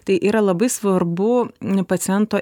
tai yra labai svarbu paciento